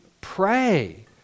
pray